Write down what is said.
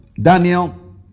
Daniel